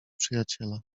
przyjaciela